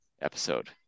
episode